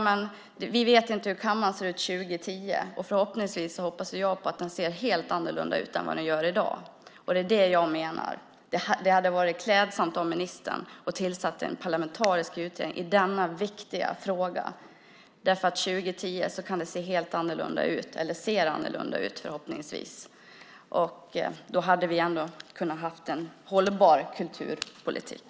Men vi vet inte hur kammaren ser ut 2010. Förhoppningsvis ser den helt annorlunda ut än i dag. Jag menar att det hade varit klädsamt om ministern hade tillsatt en parlamentarisk utredning i denna viktiga fråga därför att det 2010 förhoppningsvis ser helt annorlunda ut. Då hade vi ändå kunnat ha en hållbar kulturpolitik.